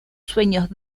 sueños